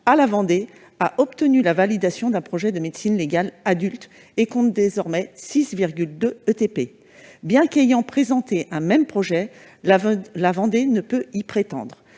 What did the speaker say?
à la Vendée, a obtenu la validation d'un projet de service de médecine légale adulte et compte désormais 6,2 ETP. Bien qu'elle ait présenté un même projet, la Vendée ne peut y prétendre.